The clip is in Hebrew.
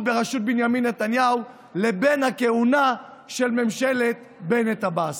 בראשות בנימין נתניהו לבין הכהונה של ממשלת בנט-עבאס: